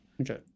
Okay